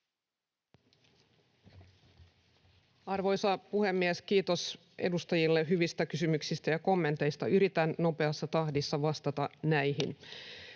Arvoisa puhemies! Kiitos edustajille hyvistä kysymyksistä ja kommenteista. Yritän nopeassa tahdissa vastata niihin.